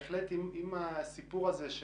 בהחלט אם הסיפור הזה של